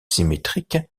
symétriques